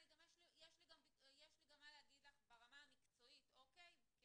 יש לי גם מה להגיד לך ברמה המקצועית כחינוך,